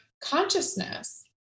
consciousness